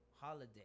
holiday